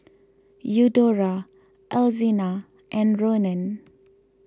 Eudora Alzina and Ronan